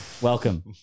Welcome